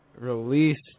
released